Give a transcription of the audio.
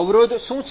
અવરોધ શું છે